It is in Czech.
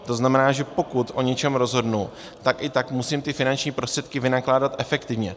To znamená, že pokud o něčem rozhodnu, tak i tak musím finanční prostředky vynakládat efektivně.